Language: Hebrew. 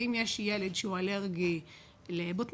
ואם יש ילד שהוא אלרגי לבוטנים,